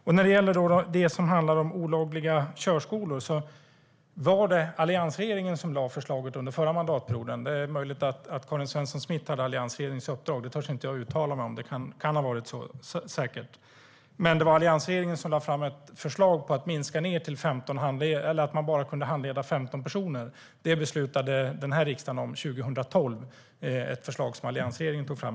När det gäller åtgärder mot olagliga körskolor vill jag framhålla att det var alliansregeringen som lade fram det förslaget under förra mandatperioden. Det är möjligt att Karin Svensson Smith hade alliansregeringens uppdrag att arbeta med detta. Det kan jag inte uttala mig om, men det kan säkert ha varit så. Men det var alltså alliansregeringen som lade fram förslaget om att man inte skulle kunna handleda fler än 15 personer. Detta beslutade riksdagen om 2012 enligt ett förslag som alliansregeringen tog fram.